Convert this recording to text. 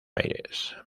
aires